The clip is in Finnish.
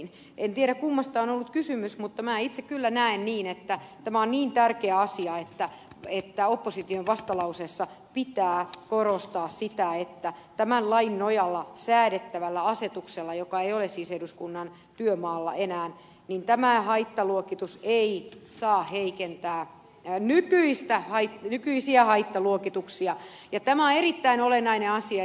en tiedä kummasta on ollut kysymys mutta minä itse kyllä näen niin että tämä on niin tärkeä asia että opposition vastalauseessa pitää korostaa sitä että tämän lain nojalla säädettävällä asetuksella joka ei ole siis eduskunnan työmaalla enää tämä haittaluokitus ei saa heikentää nykyisiä haittaluokituksia ja tämä on erittäin olennainen asia